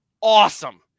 awesome